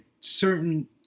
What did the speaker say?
certain